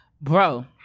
bro